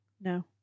No